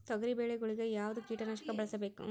ತೊಗರಿಬೇಳೆ ಗೊಳಿಗ ಯಾವದ ಕೀಟನಾಶಕ ಬಳಸಬೇಕು?